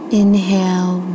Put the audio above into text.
inhale